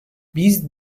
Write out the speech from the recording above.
biz